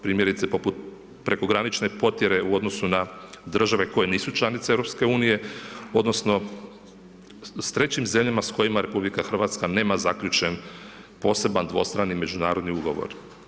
Primjerice poput prekogranične potjere u odnosu na države koje nisu članice EU, odnosno s trećim zemljama s kojima RH nema zaključen poseban dvostrani međunarodni ugovor.